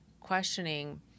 questioning